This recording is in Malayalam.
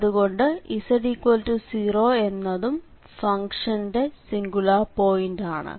അതുകൊണ്ട് z0 എന്നതും ഫംഗ്ഷന്റെ സിംഗുലാർ പോയിന്റ് ആണ്